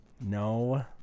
No